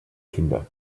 kinder